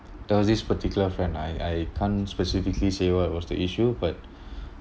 there was this particular friend I I can't specifically say what was the issue but